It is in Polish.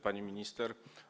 Pani Minister!